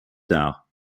tard